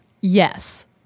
Yes